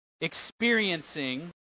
experiencing